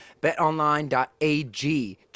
BetOnline.ag